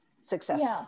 successful